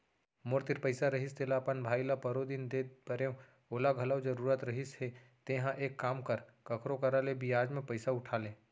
मोर तीर पइसा रहिस तेला अपन भाई ल परोदिन दे परेव ओला घलौ जरूरत रहिस हे तेंहा एक काम कर कखरो करा ले बियाज म पइसा उठा ले